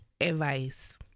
advice